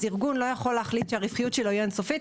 ארגון לא יכול להחליט שהרווחיות שלו היא אין-סופית,